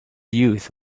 youth